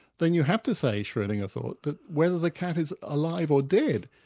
then you have to say, schrodinger thought, that whether the cat is alive or dead,